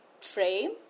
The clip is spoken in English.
frame